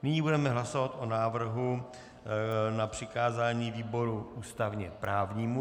Nyní budeme hlasovat o návrhu na přikázání výboru ústavněprávnímu.